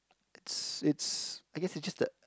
it's it's I guess it's just that